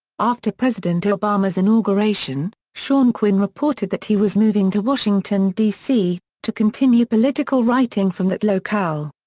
after president obama's inauguration, sean quinn reported that he was moving to washington, d c, to continue political writing from that locale.